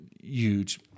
huge